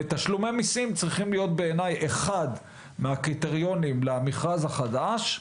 תשלומי מיסים צריכים להיות בעיני אחד מהקריטריונים למכרז החדש,